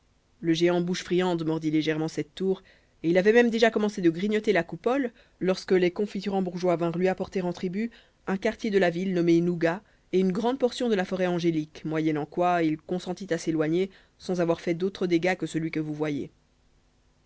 le géant bouche friande mordit légèrement cette tour et il avait même déjà commencé de grignoter la coupole lorsque les confiturembourgeois vinrent lui apporter en tribut un quartier de la ville nommé nougat et une grande portion de la forêt angélique moyennant quoi il consentit à s'éloigner sans avoir fait d'autres dégâts que celui que vous voyez